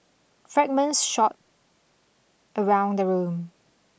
fragments shot around the room